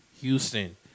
Houston